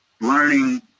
learning